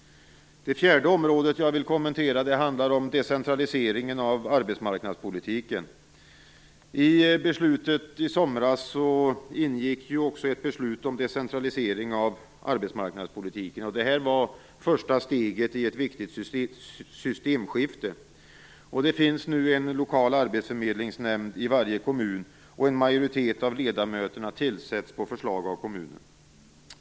Det fjärde område jag vill kommentera handlar om decentraliseringen av arbetsmarknadspolitiken. I beslutet i somras ingick också ett beslut om decentralisering av arbetsmarknadspolitiken. Det var första steget i ett viktigt systemskifte. Det finns nu en lokal arbetsförmedlingsnämnd i varje kommun, och en majoritet av ledamöterna tillsätts på förslag av kommunen.